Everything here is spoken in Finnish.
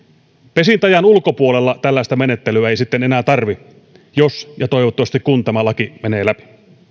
pesintäajan ulkopuolella tällaista menettelyä ei sitten enää tarvitse jos ja toivottavasti kun tämä laki menee läpi